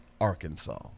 Arkansas